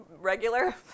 regular